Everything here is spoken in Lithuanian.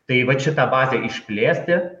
tai vat šitą bazę išplėsti